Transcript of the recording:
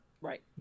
Right